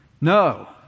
No